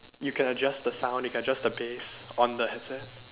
you can adjust the sound you can adjust the bass on the headset